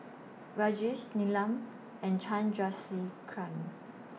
Rajesh Neelam and Chandrasekaran